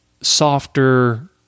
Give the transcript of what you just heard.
softer